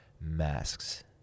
masks